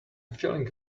feeling